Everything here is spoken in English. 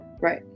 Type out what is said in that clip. Right